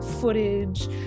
footage